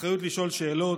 אחריות לשאול שאלות,